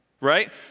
Right